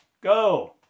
go